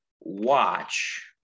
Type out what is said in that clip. watch